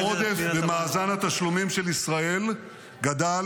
-- שהעודף במאזן התשלומים של ישראל גדל